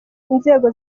inzego